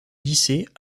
lycée